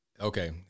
Okay